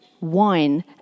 wine